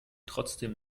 trotzdem